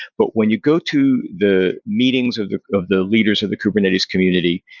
but when you go to the meetings of the of the leaders of the kubernetes community,